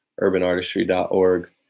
UrbanArtistry.org